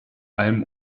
allem